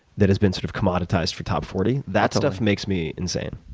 that has been sort of commoditized for top forty. that stuff makes me insane.